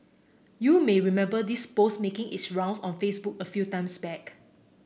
you may remember this post making its rounds on Facebook a few months back